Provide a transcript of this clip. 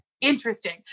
interesting